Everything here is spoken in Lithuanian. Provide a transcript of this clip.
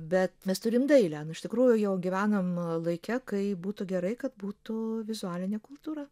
bet mes turim dailę nu iš tikrųjų jau gyvenam laike kai būtų gerai kad būtų vizualinė kultūra